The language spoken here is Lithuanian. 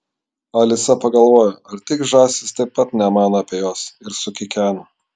alisa pagalvojo ar tik žąsys taip pat nemano apie juos ir sukikeno